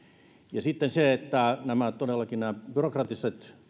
ja sitten se että todellakin nämä byrokraattiset